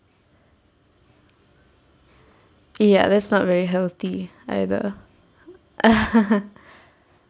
ya that's not very healthy either